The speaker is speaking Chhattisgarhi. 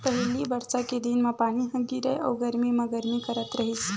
पहिली बरसा के दिन म पानी ह गिरय अउ गरमी म गरमी करथ रहिस